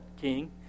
king